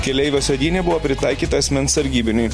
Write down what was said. keleivio sėdynė buvo pritaikyta asmens sargybiniui